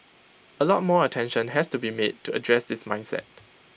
A lot more attention has to be made to address this mindset